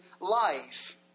life